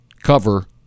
Cover